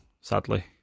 sadly